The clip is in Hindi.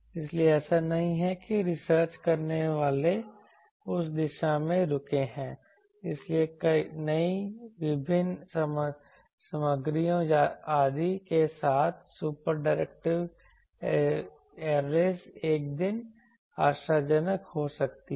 इसलिए ऐसा नहीं है कि रिसर्च करने वाले उस दिशा में रुके हैं इसलिए नई विभिन्न सामग्रियों आदि के साथ सुपर डायरेक्टिव ऐरेज़ एक दिन आशाजनक हो सकती हैं